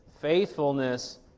faithfulness